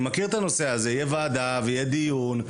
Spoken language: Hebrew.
אני מכיר את הנושא הזה, יהיה ועדה, ויהיה דיון.